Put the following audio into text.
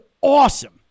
awesome